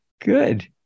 Good